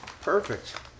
Perfect